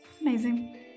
Amazing